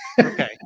Okay